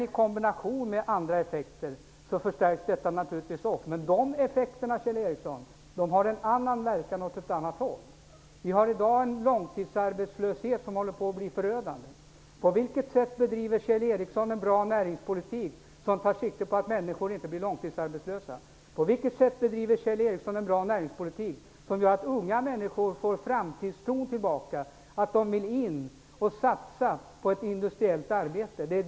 I kombination med andra effekter förstärks detta naturligtvis, men dessa effekter, Kjell Ericsson, har en verkan åt ett annat håll. I dag har vi en långtidsarbetslöshet som håller på att bli förödande. På vilket sätt bedriver Kjell Ericsson en bra näringspolitik, en politik som tar sikte på att människor inte blir långtidsarbetslösa? På vilket sätt bedriver Kjell Ericsson en näringspolitik som gör att unga människor får framtidstron tillbaka och som gör att de vill satsa på ett industriellt arbete?